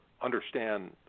understand